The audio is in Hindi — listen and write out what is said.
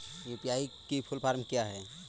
यू.पी.आई की फुल फॉर्म क्या है?